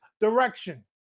direction